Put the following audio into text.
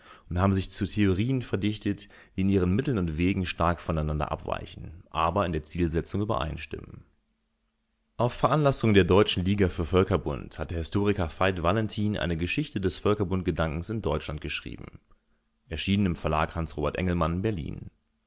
und haben sich zu theorien verdichtet die in ihren mitteln und wegen stark voneinander abweichen aber in der zielsetzung übereinstimmen auf veranlassung der deutschen liga für völkerbund hat der historiker veit valentin eine geschichte des völkerbundgedankens in deutschland geschrieben erschienen im verlag hans robert engelmann berlin